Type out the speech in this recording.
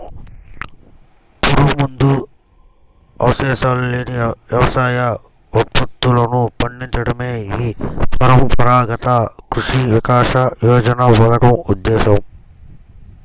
పురుగుమందు అవశేషాలు లేని వ్యవసాయ ఉత్పత్తులను పండించడమే ఈ పరంపరాగత కృషి వికాస యోజన పథకం ఉద్దేశ్యం